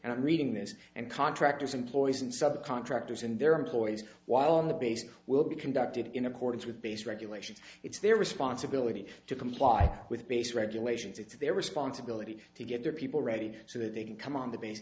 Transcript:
and i'm reading this and contractors employees and subcontractors and their employees while on the base will be conducted in accordance with base regulations it's their responsibility to comply with base regulations it's their responsibility to get their people ready so that they can come on the base